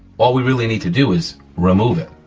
all we really need to do is remove it,